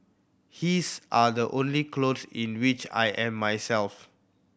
his are the only clothes in which I am myself